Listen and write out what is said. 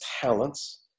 talents